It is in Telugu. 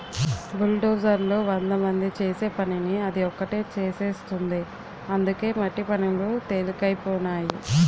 బుల్డోజర్లు వందమంది చేసే పనిని అది ఒకటే చేసేస్తుంది అందుకే మట్టి పనులు తెలికైపోనాయి